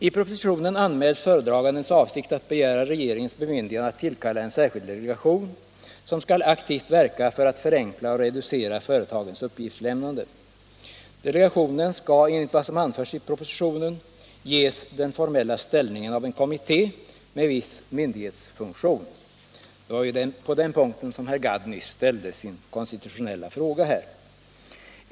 underlätta företagens uppgiftsläm nande för att förenkla och reducera företagens uppgiftslämnande. Delegationen skall, enligt vad som anförs i propositionen, ges den formella ställningen av en kommitté med viss myndighetsfunktion. Det var ju på den punkten som herr Gadd nyss ställde sin konstitutionella fråga här.